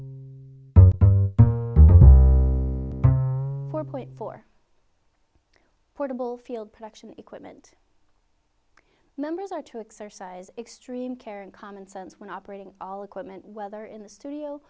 four point four portable field production equipment members are to exercise extreme care and common sense when operating all equipment whether in the studio